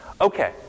Okay